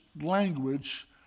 language